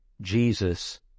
Jesus